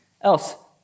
else